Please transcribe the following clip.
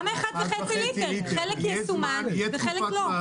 גם 1.5 ליטר חלק יסומן וחלק לא.